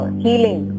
healing